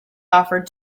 offered